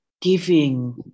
giving